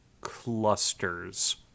clusters